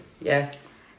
Yes